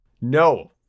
No